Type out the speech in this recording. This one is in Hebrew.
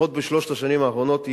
לפחות בשלוש השנים האחרונות,